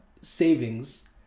savings